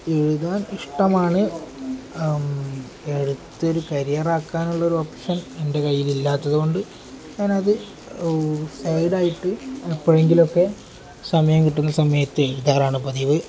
എഴുതാൻ ഇഷ്ടമാണ് എഴുത്തൊരു കരിയർ ആക്കാനുള്ളൊരു ഓപ്ഷൻ എൻ്റെ കയ്യിലില്ലാത്തത് കൊണ്ട് ഞാനത് സൈഡായിട്ട് എപ്പൊഴെങ്കിലും ഒക്കെ സമയം കിട്ടുന്ന സമയത്ത് എഴുതാറാണ് പതിവ്